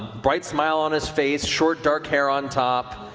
bright smile on his face, short dark hair on top,